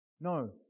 No